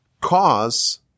cause